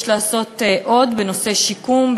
יש לעשות עוד בנושא שיקום,